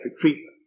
treatment